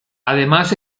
además